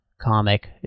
comic